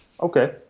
okay